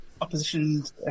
Oppositions